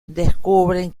descubren